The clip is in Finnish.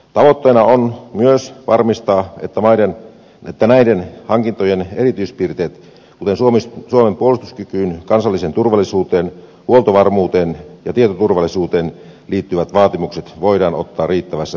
tavoitteena on myös varmistaa että näiden hankintojen erityispiirteet kuten suomen puolustuskykyyn kansalliseen turvallisuuteen huoltovarmuuteen ja tietoturvallisuuteen liittyvät vaatimukset voidaan ottaa riittävissä määrin huomioon